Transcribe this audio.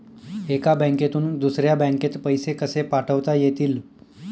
एका बँकेतून दुसऱ्या बँकेत पैसे कसे पाठवता येतील?